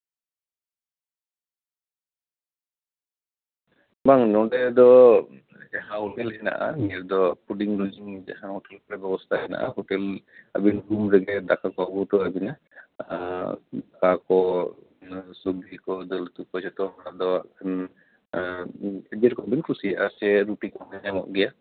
ᱵᱟᱝ ᱱᱚᱸᱰᱮ ᱫᱚ ᱡᱟᱦᱟᱸ ᱦᱳᱴᱮᱞ ᱦᱮᱱᱟᱜᱼᱟ ᱢᱮᱱᱫᱚ ᱯᱷᱩᱰᱤᱝ ᱞᱚᱡᱤᱝ ᱡᱟᱦᱟᱸ ᱦᱳᱴᱮᱞ ᱠᱚᱨᱮ ᱵᱮᱵᱚᱥᱛᱟ ᱦᱮᱱᱟᱜᱼᱟ ᱦᱳᱴᱮᱞ ᱨᱩᱢ ᱨᱮᱜᱮ ᱟᱵᱤᱱ ᱫᱟᱠᱟ ᱠᱚ ᱟᱹᱜᱩ ᱦᱚᱴᱚᱣᱟᱵᱮᱱᱟ ᱟᱨ ᱟᱠᱚ ᱥᱚᱵᱽᱡᱤ ᱠᱚ ᱫᱟᱹᱞ ᱩᱛᱩ ᱠᱚ ᱡᱚᱛᱚ ᱚᱱᱟ ᱫᱚ ᱦᱟᱸᱜ ᱫᱟᱹᱞ ᱠᱚᱵᱚᱱ ᱠᱩᱥᱤᱭᱟᱜᱼᱟ ᱥᱮ ᱨᱩᱴᱤ ᱠᱚᱦᱚᱸ ᱧᱟᱢᱚᱜ ᱜᱮᱭᱟ